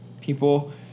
people